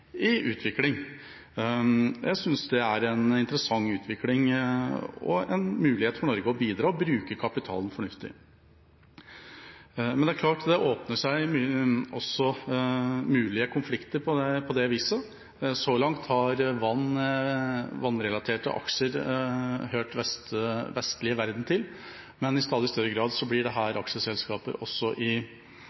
utvikling, kan en si. Jeg synes det er en interessant utvikling og en mulighet for Norge å bidra til å bruke kapitalen fornuftig. Men det åpner også for mulige konflikter. Så langt har vannrelaterte aksjer hørt den vestlige verden til, men i stadig større grad er det slike aksjelselskap også i